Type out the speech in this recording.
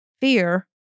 fear